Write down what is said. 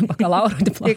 bakalauro diplo